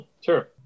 Sure